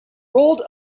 rolled